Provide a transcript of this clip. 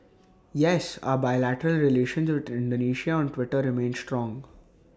yes our bilateral relations with Indonesia on Twitter remains strong